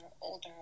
older